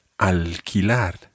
alquilar